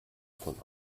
von